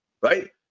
right